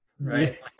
right